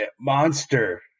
monster